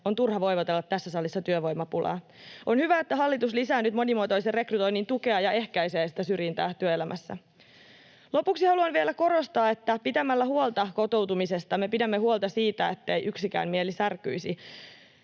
on turha voivotella tässä salissa työvoimapulaa. On hyvä, että hallitus lisää nyt monimuotoisen rekrytoinnin tukea ja ehkäisee syrjintää työelämässä. Lopuksi haluan vielä korostaa, että pitämällä huolta kotoutumisesta me pidämme huolta siitä, ettei yksikään mieli särkyisi.